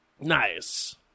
Nice